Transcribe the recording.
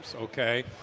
okay